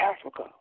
Africa